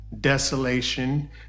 desolation